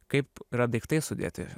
kaip daiktai sudėti